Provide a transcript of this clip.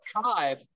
tribe